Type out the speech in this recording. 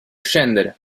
scendere